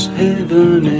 heaven